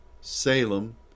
Salem